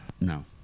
No